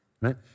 right